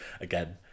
Again